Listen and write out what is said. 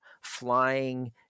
flying